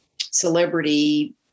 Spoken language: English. celebrity